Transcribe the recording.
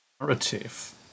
narrative